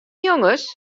jonges